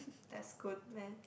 that's good man